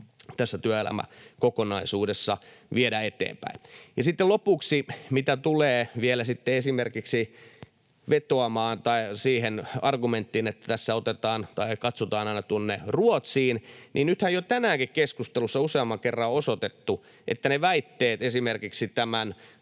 tässä työelämäkokonaisuudessa viedä eteenpäin. Sitten lopuksi, mitä tulee vielä sitten esimerkiksi siihen argumenttiin, että tässä katsotaan aina tuonne Ruotsiin, niin nythän jo tänäänkin keskustelussa useamman kerran on osoitettu, että ne väitteet esimerkiksi